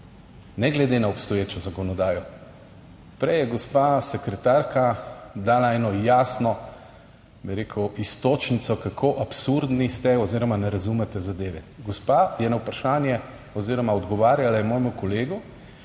ne glede na obstoječo zakonodajo. Prej je gospa sekretarka dala eno jasno bi rekel iztočnico kako absurdni ste oziroma ne razumete zadeve. Gospa je na vprašanje oziroma odgovarjala je mojemu kolegu.